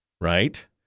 Right